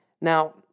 Now